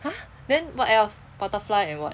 !huh! then what else butterfly and what